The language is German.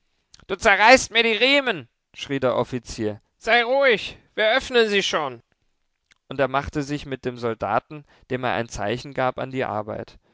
du zerreißt mir die riemen schrie der offizier sei ruhig wir öffnen sie schon und er machte sich mit dem soldaten dem er ein zeichen gab an die arbeit